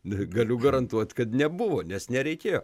negaliu garantuoti kad nebuvo nes nereikėjo